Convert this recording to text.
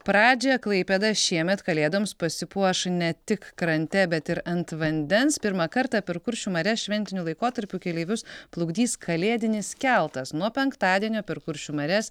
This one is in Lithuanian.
pradžią klaipėda šiemet kalėdoms pasipuoš ne tik krante bet ir ant vandens pirmą kartą per kuršių marias šventiniu laikotarpiu keleivius plukdys kalėdinis keltas nuo penktadienio per kuršių marias